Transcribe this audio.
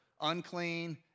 unclean